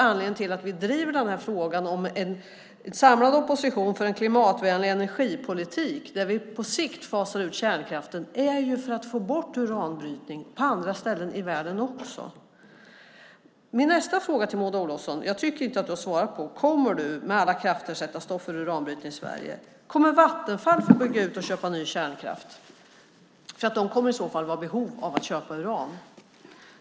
Anledningen till att en samlad opposition driver frågan om en klimatvänlig energipolitik, där vi på sikt fasar ut kärnkraften, är att få bort uranbrytningen också på andra ställen i världen. Min nästa fråga till Maud Olofsson är - jag tycker nämligen inte att hon svarat på den - om hon med alla krafter kommer att sätta stopp för uranbrytning i Sverige. Jag undrar också om Vattenfall kommer att få bygga ut och köpa ny kärnkraft. De kommer i så fall att ha behov av att köpa uran.